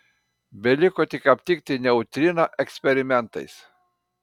beliko tik aptikti neutriną eksperimentais